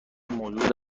موجود